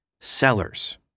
sellers